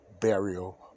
burial